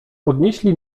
podnieśli